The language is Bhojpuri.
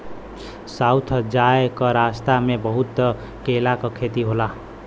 साउथ जाए क रस्ता में बहुत केला क खेती होला